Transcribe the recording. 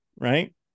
right